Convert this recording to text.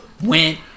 went